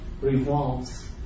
revolves